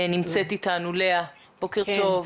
בוקר טוב.